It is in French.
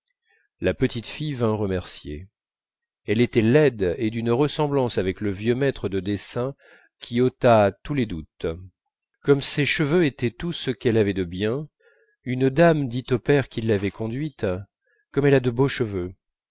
la petite fille vint remercier elle était laide et d'une ressemblance avec le vieux maître de dessin qui ôta tous les doutes comme ses cheveux étaient tout ce qu'elle avait de bien une dame dit au père qui l'avait conduite comme elle a de beaux cheveux